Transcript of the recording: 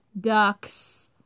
Ducks